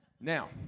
Now